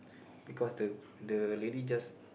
because the the lady just